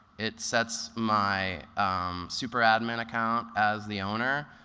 it sets my super admin account as the owner,